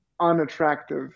unattractive